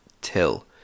Till